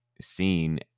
seen